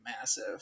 massive